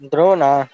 Drone